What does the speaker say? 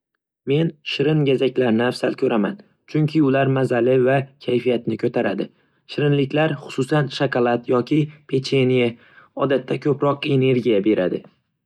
Men shirin gazaklarni afzal ko'raman, chunki ular mazali va kayfiyatni ko'taradi. Shirinliklar, xususan shokolad yoki pechene, odatda ko'proq energiya beradi.